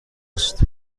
است